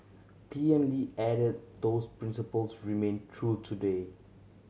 P M Lee added that those principles remain true today